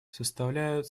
составляют